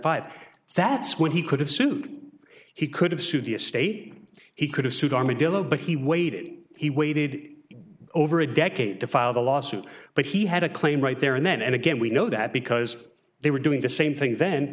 five that's when he could have sued he could have sued the est he could have sued armadillo but he waited he waited over a decade to file the lawsuit but he had a claim right there and then and again we know that because they were doing the same thing then